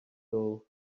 doe